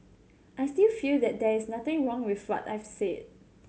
I still feel that there's nothing wrong with what I've said